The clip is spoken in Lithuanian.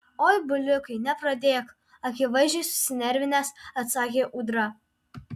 oi bulikai nepradėk akivaizdžiai susinervinęs atsakė ūdra